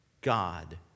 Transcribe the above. God